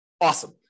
Awesome